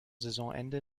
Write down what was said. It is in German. saisonende